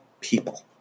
people